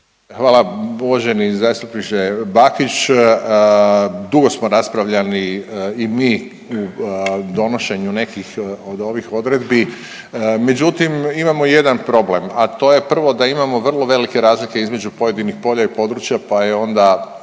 Hvala. Uvaženi zastupniče Bakić, dugo smo raspravljali i mi u donošenju nekih od ovih odredbi, međutim imamo jedan problem, a to je prvo da imamo vrlo velike razlike između pojedinih polja i područja, pa je onda